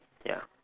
ya